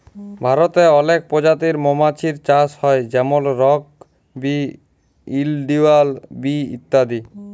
ভারতে অলেক পজাতির মমাছির চাষ হ্যয় যেমল রক বি, ইলডিয়াল বি ইত্যাদি